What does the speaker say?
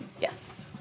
Yes